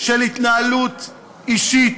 על התנהלות אישית,